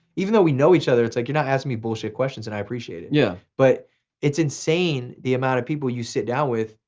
even though we know each other, it's like your not asking me bullshit questions, and i appreciate it. yeah. but it's insane the amount of people you sit down with,